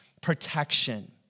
protection